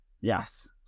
Yes